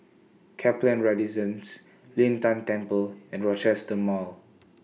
Kaplan Residence Lin Tan Temple and Rochester Mall